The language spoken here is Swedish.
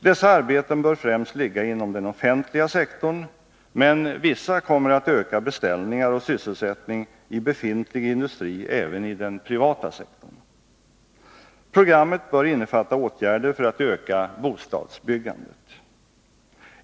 Dessa arbeten bör ligga främst inom den offentliga sektorn, men vissa kommer att öka beställningar och sysselsättning i befintlig industri även i den privata sektorn. Programmet bör innefatta åtgärder för att öka bostadsbyggandet.